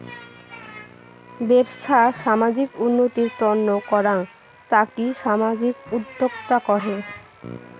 বেপছা সামাজিক উন্নতির তন্ন করাঙ তাকি সামাজিক উদ্যক্তা কহে